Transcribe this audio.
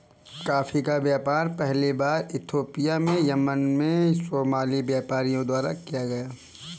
coffee का व्यापार पहली बार इथोपिया से यमन में सोमाली व्यापारियों द्वारा किया गया